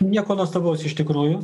nieko nuostabaus iš tikrųjų